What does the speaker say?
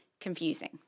confusing